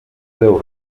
deu